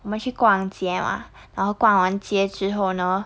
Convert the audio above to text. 我们去逛街嘛然后逛完街之后呢